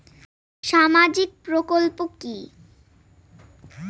সামাজিক প্রকল্প কি?